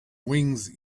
wings